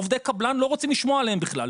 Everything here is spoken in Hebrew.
עובדי קבלן לא רוצים לשמוע עליהם בכלל.